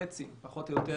חצי פחות או יותר.